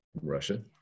russia